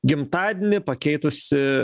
gimtadienį pakeitusi